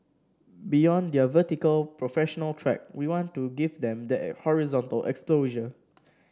beyond their vertical professional track we want to give them that horizontal exposure